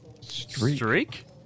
streak